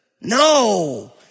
No